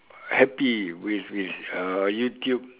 happy with with uh YouTube